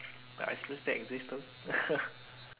but ice cream still exist though